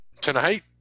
Tonight